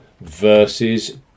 versus